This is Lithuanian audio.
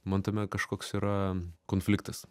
man tame kažkoks yra konfliktas